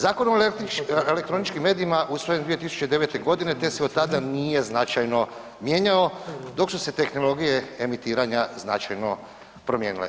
Zakon o elektroničkim medijima usvojen je 2009. godine te se od tada nije značajno mijenjao dok su se tehnologije emitiranja značajno promijenile.